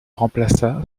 remplaça